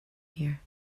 here